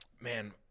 man